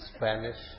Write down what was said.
Spanish